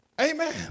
Amen